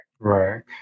Right